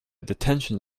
detention